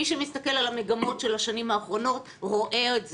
מי שמסתכל על המגמות של השנים האחרונות רואה את זה.